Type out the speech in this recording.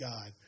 God